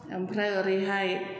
ओमफ्राय ओरैहाय